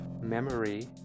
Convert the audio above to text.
memory